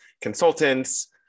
consultants